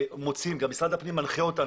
משרד הפנים מנחה אותנו,